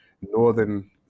Northern